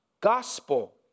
gospel